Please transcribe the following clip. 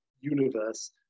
universe